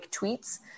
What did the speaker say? tweets